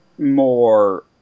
more